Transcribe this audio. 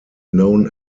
known